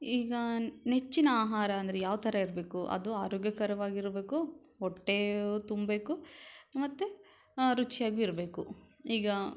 ಈಗ ನೆಚ್ಚಿನ ಆಹಾರ ಅಂದರೆ ಯಾವ ಥರ ಇರಬೇಕು ಅದು ಆರೋಗ್ಯಕರವಾಗಿರಬೇಕು ಹೊಟ್ಟೆಯೂ ತುಂಬಬೇಕು ಮತ್ತು ರುಚಿಯಾಗೂ ಇರಬೇಕು ಈಗ